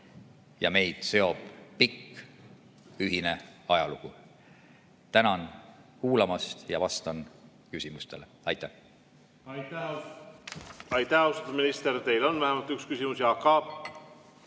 meid seob pikk ühine ajalugu. Tänan kuulamast! Ja vastan küsimustele. Aitäh! Aitäh, austatud minister! Teile on vähemalt üks küsimus. Jaak